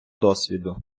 досвіду